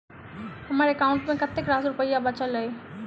हम्मर एकाउंट मे कतेक रास रुपया बाचल अई?